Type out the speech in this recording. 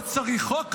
לא צריך חוק כזה,